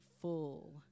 full